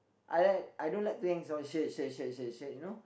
I like I don't like to hangs all shirt shirt shirt shirt shirt you know